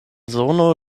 zono